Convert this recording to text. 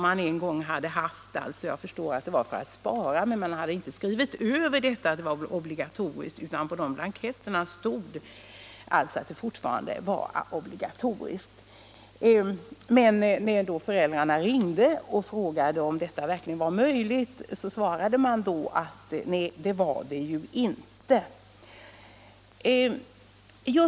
Jag förstår nu att de använde gamla blanketter för att spara, men att vaccineringen var obligatorisk hade inte strukits över. När då föräldrarna ringde och frågade om detta verkligen var möjligt så svarade man på skolan att det var det ju inte.